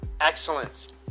excellence